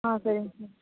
ஆ சரிங்க சார்